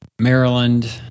Maryland